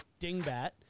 dingbat